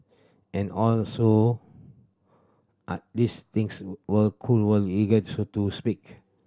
and all so are these things were cool were illegal so to speak